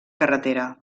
carretera